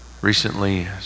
Recently